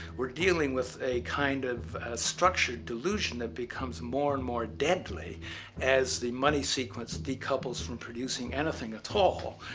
we are dealing with a kind of structured delusion which becomes more and more deadly as the money sequence decouples from producing anything at all.